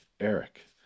Eric